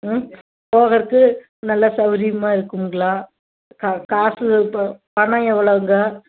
ம் போகறதுக்கு நல்லா சௌகரியமா இருக்கும்ங்களா காசு இப்போ பணம் எவ்வளோங்க